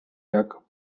jak